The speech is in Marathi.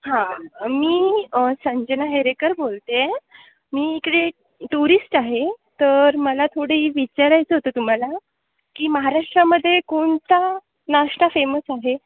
हां मी संजना हेरेकर बोलते आहे मी इकडे टुरिस्ट आहे तर मला थोडे विचारायचं होतं तुम्हाला की महाराष्ट्रामध्ये कोणता नाष्टा फेमस आहे